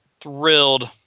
thrilled